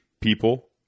people